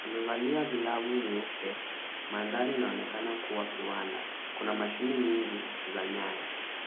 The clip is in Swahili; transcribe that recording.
Amevalia glavu nyeupe. Mandhari inaonekana kuwa kiwanda. Kuna mashine nyingi za nyaya.